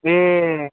ए